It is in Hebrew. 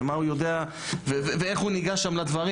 מה הוא יודע ואיך הוא ניגש שם לדברים: